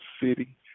city